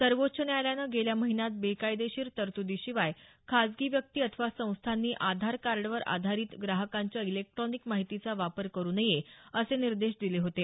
सर्वोच्च न्यायालयानं गेल्या महिन्यात कायदेशीर तरतूदीशिवाय खासगी व्यक्ती अथवा संस्थांनी आधार कार्डवर आधारित ग्राहकांच्या इलेक्ट्रॉनिक माहितीचा वापर करू नये असे निर्देश दिले होते